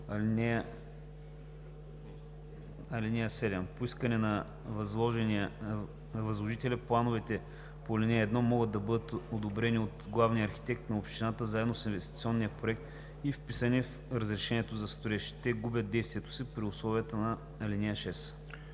7: „(7) По искане на възложителя плановете по ал. 1 могат да бъдат одобрени от главния архитект на общината заедно с инвестиционния проект и вписани в разрешението за строеж. Те губят действието си при условията на ал. 6.“